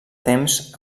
temps